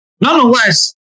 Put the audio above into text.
Nonetheless